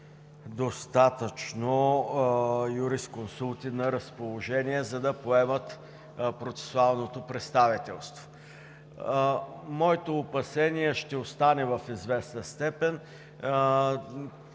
достатъчно юрисконсулти на разположение, за да поемат процесуалното представителство. Моето опасение ще остане в известна степен.